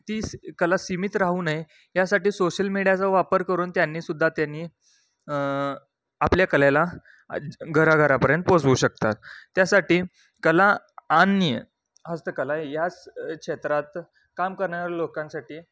ती स कला सीमित राहू नये यासाठी सोशल मीडियाचा वापर करून त्यांनीसुद्धा त्यांनी आपल्या कलेला घराघरापर्यंत पोचवू शकतात त्यासाठी कला अन्य हस्तकला या स क्षेत्रात काम करण्या लोकांसाठी